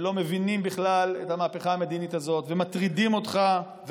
שלא מבינים בכלל את המהפכה המדינית הזאת ומטרידים אותך,